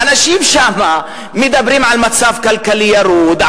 האנשים שם מדברים על מצב כלכלי ירוד,